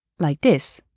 like this.